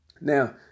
Now